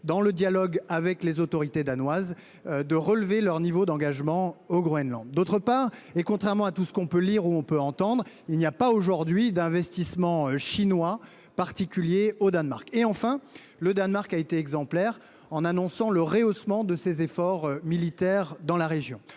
d’un dialogue avec les autorités danoises, de relever leur niveau d’engagement au Groenland. Par ailleurs, contrairement à tout ce que l’on peut lire ou entendre, il n’y a pas d’investissement chinois particulier au Danemark aujourd’hui. Enfin, le Danemark a été exemplaire en annonçant le rehaussement de ses efforts militaires dans la région.